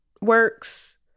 works